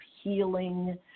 healing